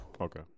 Okay